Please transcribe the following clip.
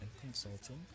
consulting